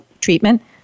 treatment